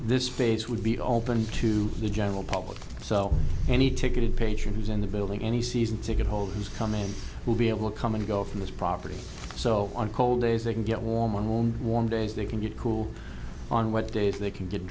this phase would be open to the general public so any ticketed patron who's in the building any season ticket holders come in will be able to come and go from this property so on cold days they can get warm and warm warm days they can get cool on what days they can get